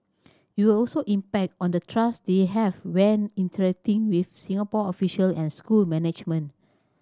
it will also impact on the trust they have when interacting with Singapore official and school management